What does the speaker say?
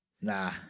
Nah